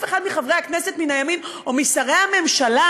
אחד מחברי הכנסת מן הימין או משרי הממשלה,